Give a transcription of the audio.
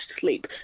sleep